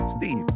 Steve